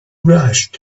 rushed